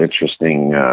interesting